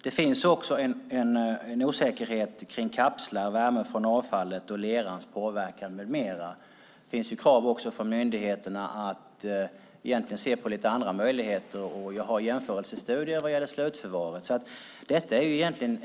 Det finns också en osäkerhet om kapslar, värme från avfallet, lerans påverkan med mera. Det finns också krav från myndigheterna om att se på lite andra möjligheter och göra jämförelsestudier vad gäller slutförvaret.